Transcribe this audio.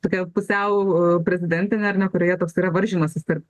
tokia pusiau prezidentinė ar ne kurioje toks yra varžymasis tarp